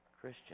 Christian